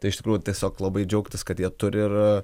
tai iš tikrųjų tiesiog labai džiaugtis kad jie turi ir